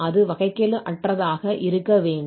அது வகைக்கெழு அற்றதாக இருக்க வேண்டும்